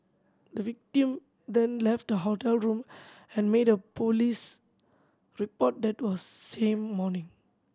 the victim then left the hotel room and made a police report that was same morning